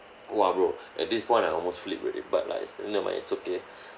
!wah! bro at this point I almost flip already but like it's never mind it's okay